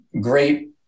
great